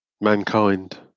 Mankind